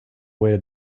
way